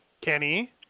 Kenny